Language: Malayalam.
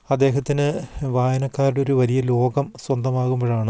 അദ്ദേഹത്തിന് വായനക്കാരുടെ ഒരു വലിയ ലോകം സ്വന്തമാകുമ്പോഴാണ്